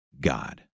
God